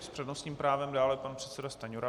S přednostním právem dále pan předseda Stanjura.